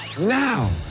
Now